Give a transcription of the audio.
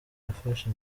yafashe